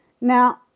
Now